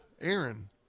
Aaron